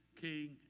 king